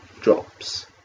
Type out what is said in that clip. Drops